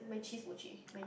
my cheese mochi my